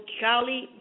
Charlie